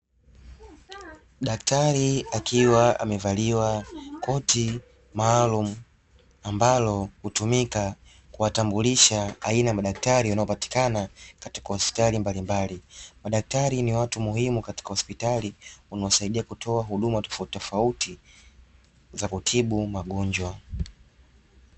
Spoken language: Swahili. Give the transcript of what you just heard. Daktari akiwa amevalia koti maalumu ambalo hutumika kuwatambulisha aina ya madaktari wanaopatikana katika hospitali mbalimbali, madaktari ni watu muhimu katika hospitali wanaosaidia kutoa huduma tofautitofauti za kutibu magonjwa.